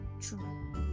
True